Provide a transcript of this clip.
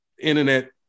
internet